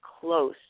close